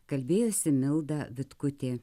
kalbėjosi milda vitkutė